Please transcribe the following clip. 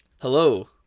Hello